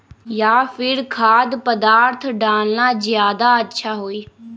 या फिर खाद्य पदार्थ डालना ज्यादा अच्छा होई?